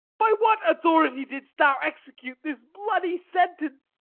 by what authority didst thou execute this bloody sentence?